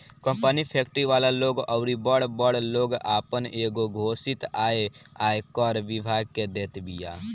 company, factory वाला लोग अउरी बड़ बड़ लोग आपन एगो घोषित आय आयकर विभाग के देत बिया